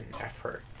effort